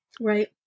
Right